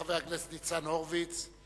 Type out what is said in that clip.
חבר הכנסת ניצן הורוביץ,